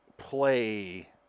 Play